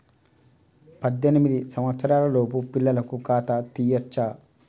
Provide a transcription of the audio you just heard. పద్దెనిమిది సంవత్సరాలలోపు పిల్లలకు ఖాతా తీయచ్చా?